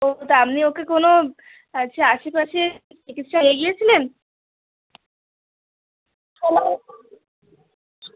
ও তা আপনি ওকে কোনো হচ্ছে আশপাশের চিকিৎসালয়ে নিয়ে গিয়েছিলেন